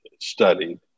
studied